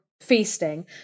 feasting